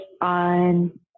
on